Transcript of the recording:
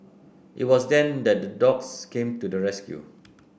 it was then that dogs came to the rescue